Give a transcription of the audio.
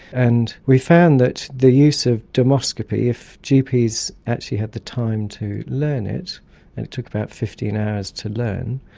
and we found that the use of dermoscopy, if gps actually had the time to learn it, and it took about fifteen hours to learn,